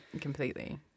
completely